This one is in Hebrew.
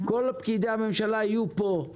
כל פקידי הממשלה יהיו פה.